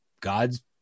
God's